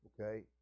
Okay